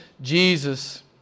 Jesus